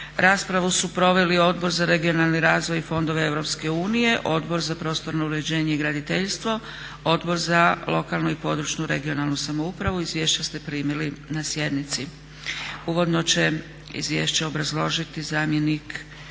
Raspravu su proveli Odbor za regionalni razvoj i fondove Europske unije, Odbor za prostorno uređenje i graditeljstvo, Odbor za lokalnu i područnu (regionalnu) samoupravu. Izvješća ste primili na sjednici. Uvodno će izvješće obrazložiti zamjenik